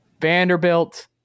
Vanderbilt